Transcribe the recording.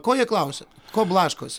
ko jie klausia ko blaškosi